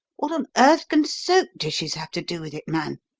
what on earth can soap dishes have to do with it, man?